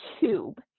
tube